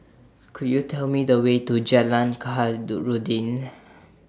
Could YOU Tell Me The Way to Jalan Khairuddin